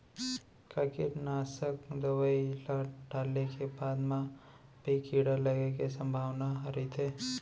का कीटनाशक दवई ल डाले के बाद म भी कीड़ा लगे के संभावना ह रइथे?